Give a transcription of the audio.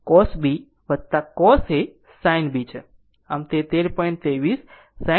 તો તે sin a cos b cos a sin b છે